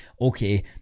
okay